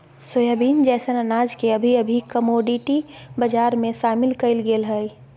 soybean जैसन अनाज के अभी अभी कमोडिटी बजार में शामिल कइल गेल हइ